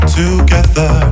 together